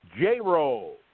J-Roll